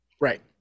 Right